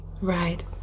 Right